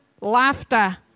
laughter